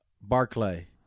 Barclay